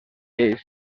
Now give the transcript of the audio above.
lleis